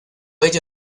ello